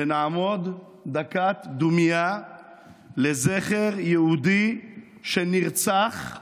ונעמוד דקת דומייה לזכר יהודי שנרצח